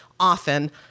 Often